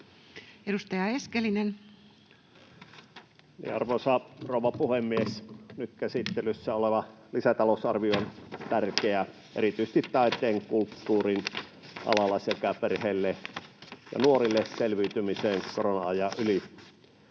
Content: Arvoisa rouva puhemies! Nyt käsittelyssä oleva lisätalousarvio on tärkeä erityisesti taiteen, kulttuurin alalla sekä perheille ja nuorille selviytymiseen korona-ajan yli.